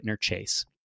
Chase